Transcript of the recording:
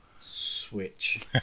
switch